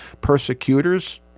persecutors